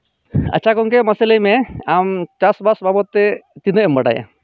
ᱟᱪᱪᱷᱟ ᱜᱚᱝᱠᱮ ᱢᱟᱥᱮ ᱞᱟᱹᱭᱢᱮ ᱟᱢ ᱪᱟᱥᱵᱟᱥ ᱵᱟᱵᱚᱛ ᱛᱮ ᱛᱤᱱᱟᱹᱜ ᱮᱢ ᱵᱟᱰᱟᱭᱟ